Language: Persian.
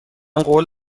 قول